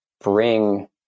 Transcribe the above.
bring